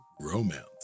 romance